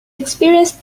experienced